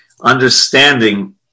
understanding